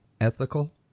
ethical